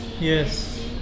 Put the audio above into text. Yes